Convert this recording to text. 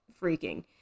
freaking